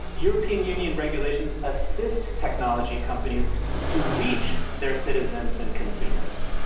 european union regulations assist technology companies to reach their citizens and consumers,